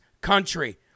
country